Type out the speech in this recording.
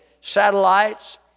satellites